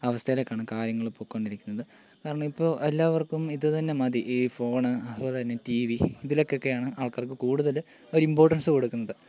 അവസ്ഥയിലെയ്ക്കാണ് കാര്യങ്ങൾ പോയിക്കൊണ്ടിരിക്കുന്നത് കാരണം ഇപ്പോൾ എല്ലാവർക്കും ഇതുതന്നെ മതി ഈ ഫോണ് അതുപോലെ തന്നെ ടി വി ഇതിലൊക്കെയാണ് ആൾക്കാർക്ക് കൂടുതൽ ഒരു ഇമ്പോർട്ടൻസ് കൊടുക്കുന്നത്